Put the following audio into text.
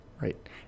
Right